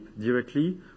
directly